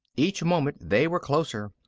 each moment they were closer,